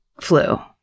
flu